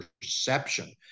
perception